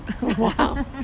Wow